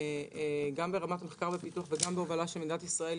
גם ברמת מחקר ופיתוח וגם בהובלה של מדינת ישראל,